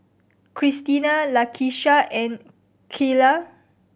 Cristina Lakisha and Kyla